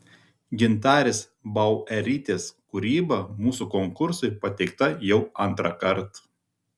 gintarės bauerytės kūryba mūsų konkursui pateikta jau antrąkart